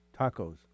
tacos